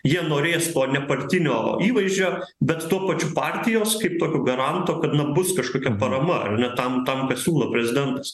jie norės to nepartinio įvaizdžio bet tuo pačiu partijos kaip tokio garanto kad na bus kažkokia parama ar ne tam tam ką siūlo prezidentas